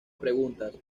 preguntas